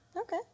Okay